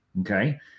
okay